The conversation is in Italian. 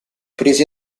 prese